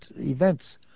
events